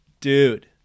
Dude